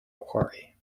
quarry